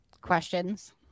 questions